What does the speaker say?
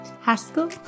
Haskell